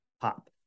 pop